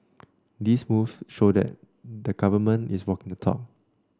these moves show that the government is walking the talk